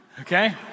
okay